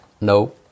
no